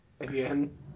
Again